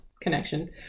connection